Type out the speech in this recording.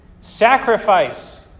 sacrifice